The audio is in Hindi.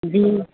जी